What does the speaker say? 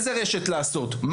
איזו רשת לעשות,